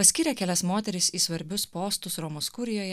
paskyrė kelias moteris į svarbius postus romos kurijoje